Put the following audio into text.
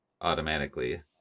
automatically